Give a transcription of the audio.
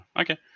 Okay